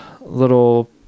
little